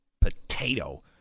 potato